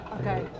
Okay